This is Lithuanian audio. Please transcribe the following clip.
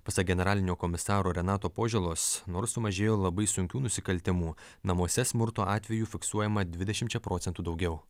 pasak generalinio komisaro renato požėlos nors sumažėjo labai sunkių nusikaltimų namuose smurto atvejų fiksuojama dvidešimčia procentų daugiau